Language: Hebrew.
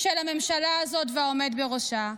של הממשלה הזאת והעומד בראשה.